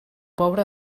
pobre